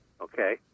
Okay